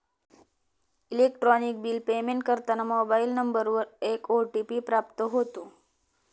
electronic bill payment करताना mobile नंबरवर एक ओ.टी.पी प्राप्त होतो